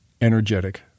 energetic